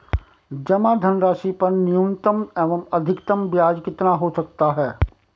जमा धनराशि पर न्यूनतम एवं अधिकतम ब्याज कितना हो सकता है?